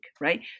right